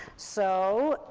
so.